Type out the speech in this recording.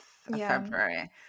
february